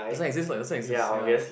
doesn't exist lah it doesn't exist ya